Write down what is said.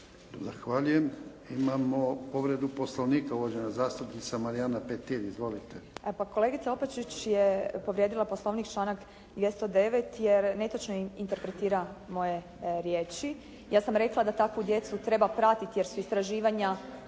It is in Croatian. Zahvaljujem. Imamo povredu Poslovnika uvažena zastupnica Marijana Petir. Izvolite. **Petir, Marijana (HSS)** Kolegica Opačić je povrijedila poslovnik članak 209. jer netočno interpretira moje riječi. Ja sam rekla da takvu djecu treba pratiti jer su istraživanja